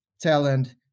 talent